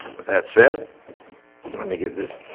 with that said let me get this